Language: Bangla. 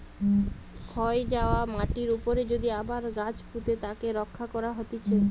ক্ষয় যায়া মাটির উপরে যদি আবার গাছ পুঁতে তাকে রক্ষা করা হতিছে